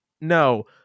No